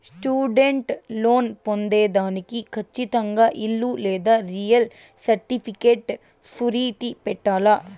student loan పొందేదానికి కచ్చితంగా ఇల్లు లేదా రియల్ సర్టిఫికేట్ సూరిటీ పెట్టాల్ల